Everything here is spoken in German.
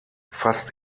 fast